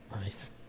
nice